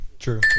True